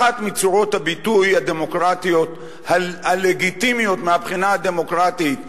אחת מצורות הביטוי הדמוקרטיות הלגיטימיות מהבחינה הדמוקרטית,